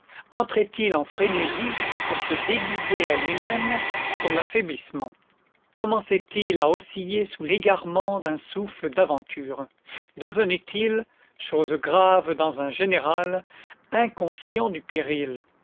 séclipsait il entrait il en frénésie pour se déguiser à lui-même son affaiblissement commençait-il à osciller sous l'égarement d'un souffle d'aventure devenait-il chose grave dans un général inconscient du péril